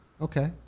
Okay